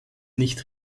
nicht